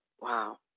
Wow